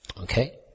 Okay